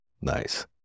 Nice